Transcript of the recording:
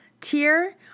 tier